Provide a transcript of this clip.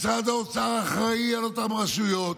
משרד האוצר אחראי על אותן רשויות.